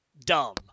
dumb